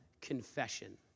Confession